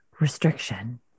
restriction